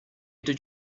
did